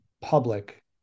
public